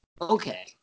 Okay